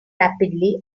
rapidly